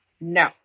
No